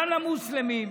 גם למוסלמים,